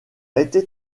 été